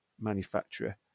manufacturer